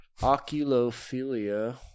Oculophilia